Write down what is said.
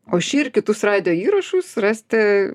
o šį ir kitus radijo įrašus rasite